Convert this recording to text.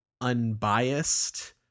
unbiased